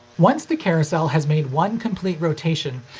once the carousel has made one complete rotation,